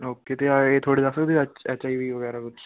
okay ਅਤੇ ਆਹ ਇਹ ਥੋੜ੍ਹੇ ਦੱਸ ਸਕਦੇ ਐੱਚ ਐੱਚ ਆਈ ਵੀ ਵਗੈਰਾ ਕੁਛ